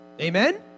Amen